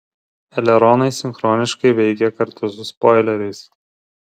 eleronai sinchroniškai veikia kartu su spoileriais